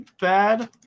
bad